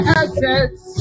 assets